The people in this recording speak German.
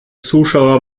zuschauer